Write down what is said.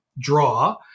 draw